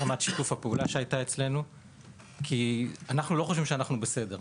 אנחנו לא חושבים שאנחנו בסדר.